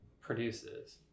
produces